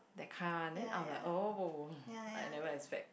that kind one then I'm like oh like never expect